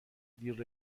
دیر